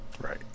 right